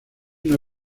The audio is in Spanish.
una